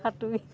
সাঁতুৰি